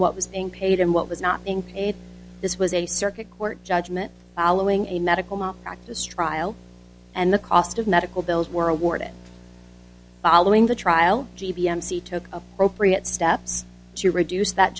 what was being paid and what was not being paid this was a circuit court judgment following a medical malpractise trial and the cost of medical bills were awarded following the trial g b m see took appropriate steps to reduce that